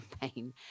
campaign